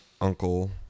uncle